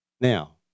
Now